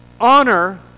Honor